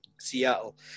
Seattle